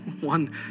one